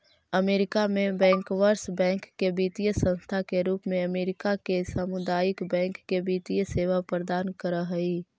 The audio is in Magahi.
अमेरिका में बैंकर्स बैंक एक वित्तीय संस्था के रूप में अमेरिका के सामुदायिक बैंक के वित्तीय सेवा प्रदान कर हइ